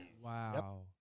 Wow